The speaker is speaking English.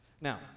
Now